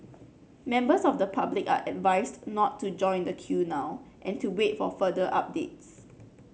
members of the public are advised not to join the queue now and to wait for further updates